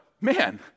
man